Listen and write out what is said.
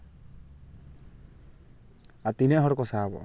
ᱟᱨ ᱛᱤᱱᱟᱹᱜ ᱦᱚᱲ ᱠᱚ ᱥᱟᱦᱚᱵᱚᱜᱼᱟ